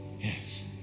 yes